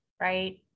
right